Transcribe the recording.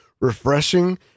refreshing